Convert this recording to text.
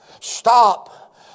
stop